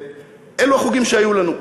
אלו החוגים שהיו לנו.